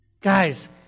Guys